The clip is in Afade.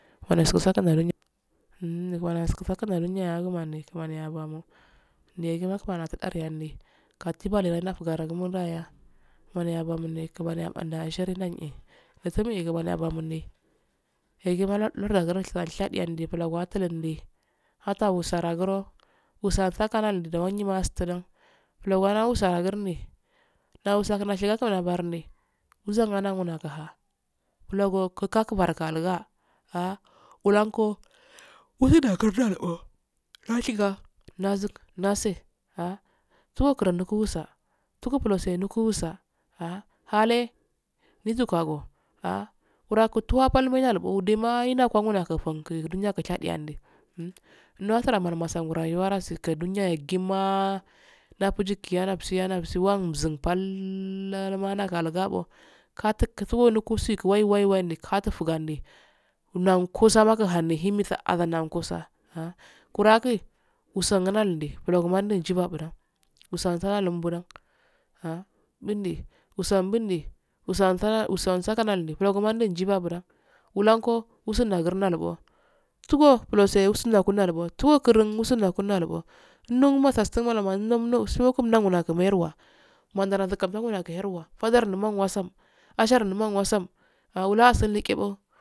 Neyagumano kimaniyaban ne yaggima kimaniya kidareyenke qa tiballe yagaranyada kimaniyande kimaniyaban asher gaide esummgubde agubanma egimadalagirshi sheryande bulagautunde atawusa raguro wusan sakolondi wagimastun bulawala salagudiye wasadashejeko labarnde wasungunga agaha bulogukalkibargalu'u ahh, wulanko nazun nase ahh sukurunsa tugubulose nulawosa ahh halee nigako ahh wurakutuwapalme yaboadema yinakona funki nyakin shaddeyanni nosar masangura yuwarasu yaggima nafikaya ya nafii yinafsi wanzun pallnnalmo napagabbo katukosihikusa waiwaihindi kafifugandi nankosabaguhandi mimsa ananakusa ahh kuraggi wusagunandi bllugunandi ngibamu wusan salawumbaulan wusan zuna bbulan ahh wundi wusan mbundi wusanzala wusan sakanandi mbuloko mandi njibabula wulanko wusanagarinbulo bugo bulosa nakundalugo tugulumnusa lalubbo numlakin merwa mindarakinzula merwa fazar numan wasa ashar numan wusan awulasaqebbo.